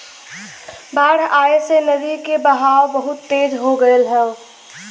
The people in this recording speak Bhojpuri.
बाढ़ आये से नदी के बहाव बहुते तेज हो गयल हौ